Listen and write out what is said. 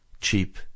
cheap